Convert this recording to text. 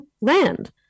land